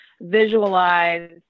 visualize